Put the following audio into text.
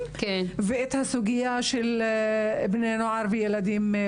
ואת הסוגיה של בני נוער וילדים מתבגרים.